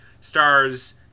stars